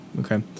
okay